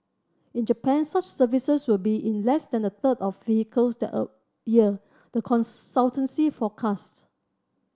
in Japan such services will be in less than a third of vehicles that year the consultancy forecasts